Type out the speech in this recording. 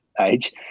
age